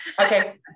Okay